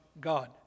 God